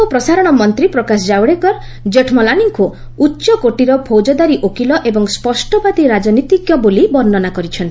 ତଥ୍ୟ ଓ ପ୍ରସାରଣ ମନ୍ତ୍ରୀ ପ୍ରକାଶ ଜାବ୍ଡେକର କେଠ୍ମଲାନୀଙ୍କୁ ଉଚ୍ଚକୋଟୀର ଫୌଜଦାରୀ ଓକିଲ ଏବଂ ସ୍ୱଷ୍ଟବାଦୀ ରାଜନୀତିଜ୍ଞ ବୋଲି ବର୍ଣ୍ଣନା କରିଛନ୍ତି